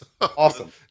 Awesome